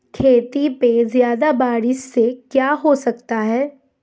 खेतों पे ज्यादा बारिश से क्या हो सकता है?